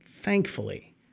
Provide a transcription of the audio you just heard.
thankfully